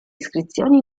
iscrizioni